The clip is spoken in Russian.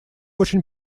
очень